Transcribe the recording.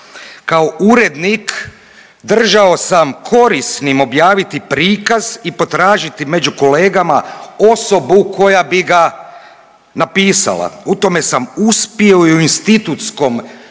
kao urednik držao sam korisnim objaviti prikaz i potražiti među kolegama osobu koja bi na napisala. U tome sam uspio i u institutskom časopisu